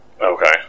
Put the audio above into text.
Okay